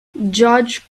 judge